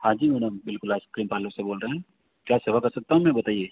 हाँ जी मैडम बिल्कुल आइसक्रीम पार्लर से बोल रहे हैं क्या सेवा कर सकता हूँ मैं बताएं